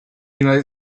united